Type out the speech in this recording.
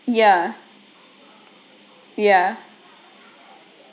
ya ya